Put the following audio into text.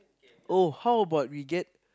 oh how about we get